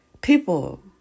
People